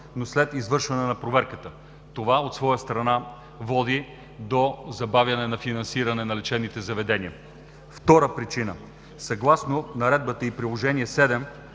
но след извършване на проверката. Това от своя страна води до забавяне на финансиране на лечебните заведения. Втора причина. Съгласно Наредбата и Приложение №